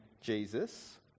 Jesus